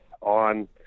on